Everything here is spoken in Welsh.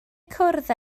cwrdd